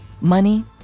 money